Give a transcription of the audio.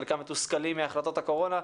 חלקם מתוסכלים מהחלטות הקורונה,